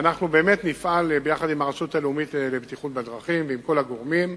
ואנחנו באמת נפעל ביחד עם הרשות הלאומית לבטיחות בדרכים ועם כל הגורמים.